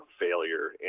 failure